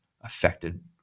affected